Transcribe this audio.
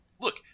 look